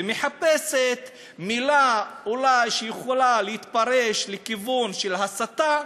ומחפשת מילה, אולי, שיכולה להתפרש לכיוון של הסתה,